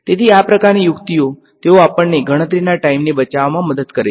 તેથી આ પ્રકારની યુક્તિઓ તેઓ આપણને ગણતરીના ટાઈમને બચાવવામાં મદદ કરે છે